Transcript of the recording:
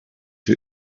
too